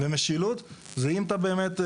ומשילות זה אם אתה באמת,